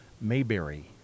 Mayberry